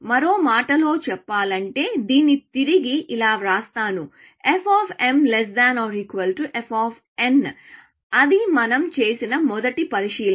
మరో మాటలో చెప్పాలంటే దీన్ని తిరిగి ఇలావ్రాస్తాను f f అది మనం చేసిన మొదటి పరిశీలన